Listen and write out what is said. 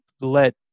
let